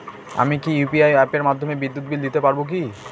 আমি কি ইউ.পি.আই অ্যাপের মাধ্যমে বিদ্যুৎ বিল দিতে পারবো কি?